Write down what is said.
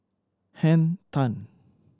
Henn Tan